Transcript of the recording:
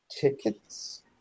tickets